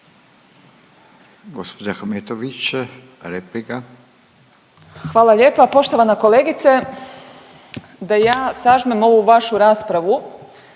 **Ahmetović, Mirela (SDP)** Hvala lijepa. Poštovana kolegice da ja sažmem ovu vašu raspravu